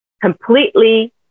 completely